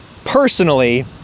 Personally